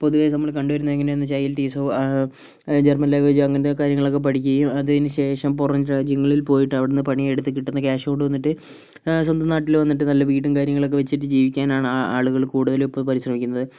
പൊതുവെ നമ്മള് കണ്ടുവരുന്നത് എങ്ങനെ എന്നുവെച്ചാൽ ഐ എൽ ടി എസോ ജർമൻ ലാംഗ്വേജ് അങ്ങനത്തെ കാര്യങ്ങളൊക്കെ പഠിക്കുകയും അതിനുശേഷം പുറം രാജ്യങ്ങളിൽ പോയിട്ട് അവിടുന്ന് പണിയെടുത്ത് കിട്ടുന്ന കാശ് കൊണ്ടുവന്നിട്ട് സ്വന്തം നാട്ടിൽ വന്നിട്ട് നല്ല വീടും കാര്യങ്ങളൊക്കെ വെച്ചിട്ട് ജീവിക്കാനാണ് ആളുകൾ കൂടുതലും ഇപ്പോൾ പരിശ്രമിക്കുന്നത്